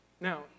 Now